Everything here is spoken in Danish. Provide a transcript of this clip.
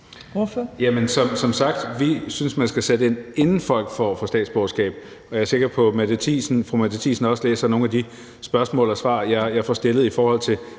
som sagt, at man skal sætte ind, inden folk får statsborgerskab. Jeg er sikker på, at fru Mette Thiesen også læser nogle af de spørgsmål, jeg har stillet, om,